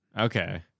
Okay